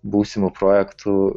būsimų projektų